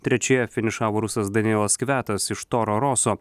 trečioje finišavo rusas danilas skvetas iš toro roso